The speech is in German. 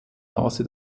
nase